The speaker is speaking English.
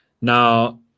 Now